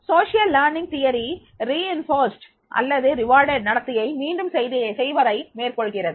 சமூக கற்றல் கோட்பாடு வலுவூட்டல் அல்லது வெகுமதி அளித்தல் நடத்தையை அங்கீகரித்து மீண்டும் செய்வதை மேற்கொள்கிறது